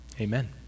amen